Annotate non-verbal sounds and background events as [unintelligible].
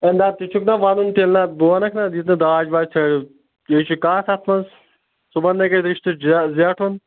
ہے نہ ژٕ چھُکھ نا وَنُن تیٚلہِ نا بہٕ وَنکھ نا یُتھ نہٕ داج واج [unintelligible] یہِ چھِ کَتھ اَتھ منٛز صُبحَن نَے گَژھِ رِشتہٕ جہ زیٹھُن